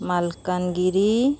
Malkangiri